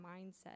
mindset